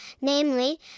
namely